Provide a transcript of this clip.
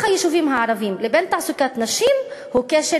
הקשר בין פיתוח היישובים הערביים לבין תעסוקת נשים הוא קשר